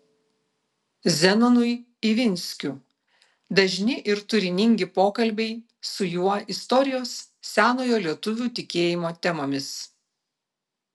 zenonui ivinskiu dažni ir turiningi pokalbiai su juo istorijos senojo lietuvių tikėjimo temomis